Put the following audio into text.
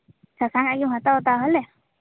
ᱥᱟᱥᱟᱝ ᱟᱜ ᱜᱮᱢ ᱦᱟᱛᱟᱣᱟ ᱛᱟᱦᱞᱮ